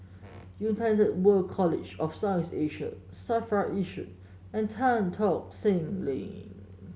United World College of South East Asia Safra Yishun and Tan Tock Seng Link